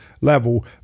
level